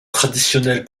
traditionnel